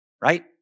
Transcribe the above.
right